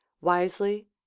wisely